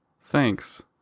Thanks